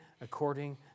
according